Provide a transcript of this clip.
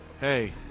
hey